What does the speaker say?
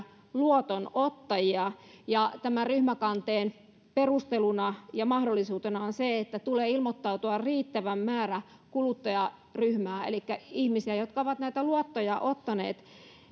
luotonottajia ja tämän ryhmäkanteen perusteluna ja mahdollisuutena on se että tulee ilmoittautua riittävä määrä kuluttajaryhmää elikkä ihmisiä jotka ovat näitä luottoja ottaneet